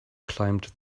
climbed